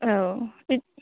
औ बि